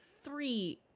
three